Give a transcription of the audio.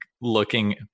looking